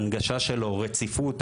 ההנגשה שלו רציפות,